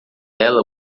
ela